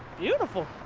beautiful!